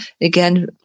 again